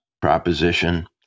proposition